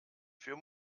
für